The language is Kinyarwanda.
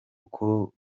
uko